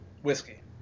Whiskey